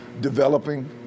developing